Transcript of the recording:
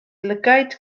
lygaid